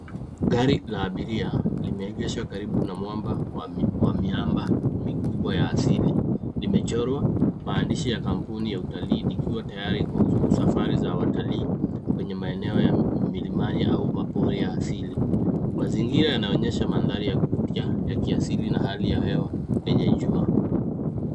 Gari la abiria limeegeshwa karibu na mwamba wa miamba mikubwa ya asili. Limechorwa maandishi ya kampuni ya utalii likiwa tayari kwa safari za watalii kwenye maeneo ya milimani au mapori ya asili. Mazingira yanaonyesha mandhari ya kuvutia ya kiasili na hali ya hewa yenye jua.